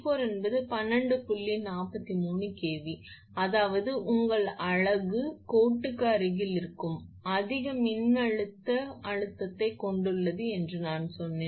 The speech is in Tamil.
43 𝑘𝑉 அதாவது உங்கள் அலகு கோட்டுக்கு அருகில் இருக்கும் அதிக மின்னழுத்த அழுத்தத்தைக் கொண்டுள்ளது என்று நான் சொன்னேன்